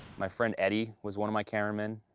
my friend eddie was one of my cameramen.